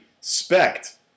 respect